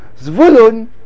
Zvulun